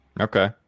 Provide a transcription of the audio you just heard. Okay